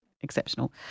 Exceptional